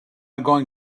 going